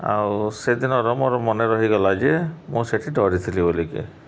ଆଉ ସେଦିନର ମୋର ମନେ ରହିଗଲା ଯେ ମୁଁ ସେଠି ଡରିଥିଲି ବୋଲିକି